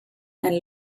and